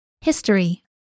History